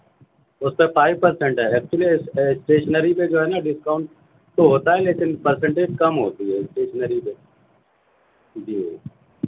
اُس پہ five percent ہے ایکچولی اسٹیشنری پہ جو ہے نا ڈسکاؤنٹ تو ہوتا ہے لیکن پرسینٹج کم ہوتی ہے اسٹیشنری پہ جی